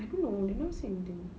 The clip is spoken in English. I don't know they never say anything